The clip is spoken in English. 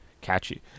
catchy